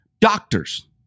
Doctors